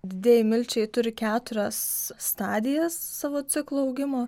didieji milčiai turi keturias stadijas savo ciklo augimo